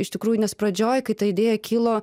iš tikrųjų nes pradžioj kai ta idėja kilo